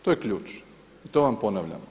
To je ključ i to vam ponavljam.